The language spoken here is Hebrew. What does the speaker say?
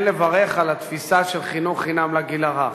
לברך על התפיסה של חינוך חינם לגיל הרך,